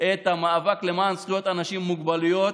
את המאבק למען זכויות אנשים עם מוגבלויות,